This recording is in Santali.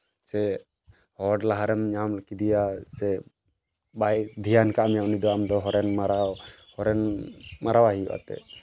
ᱥᱮ ᱦᱚᱲ ᱞᱟᱦᱟᱨᱮᱢ ᱧᱟᱢ ᱠᱮᱫᱮᱭᱟ ᱥᱮ ᱵᱟᱭ ᱫᱷᱮᱭᱟᱱ ᱠᱟᱜ ᱢᱮᱭᱟ ᱩᱱᱤ ᱫᱚ ᱟᱢ ᱦᱚᱨᱚᱱ ᱢᱟᱨᱟᱣ ᱦᱚᱨᱚᱱ ᱢᱟᱨᱟᱣᱟᱭ ᱦᱩᱭᱩᱜᱼᱟ